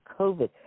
COVID